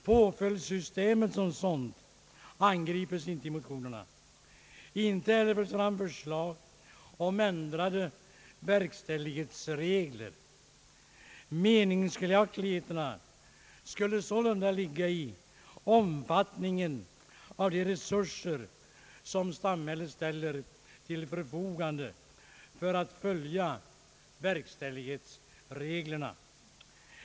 Påföljdssystemet som sådant angrips inte i motionerna, och man för inte heller fram förslag om ändrade verkställighetsregler. Meningsskiljaktigheterna skulle sålunda gälla omfattningen av de resurser som samhället ställer till förfogande för att följa verkställighetsreglerna.